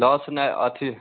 loss नाय आथी